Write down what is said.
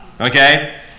okay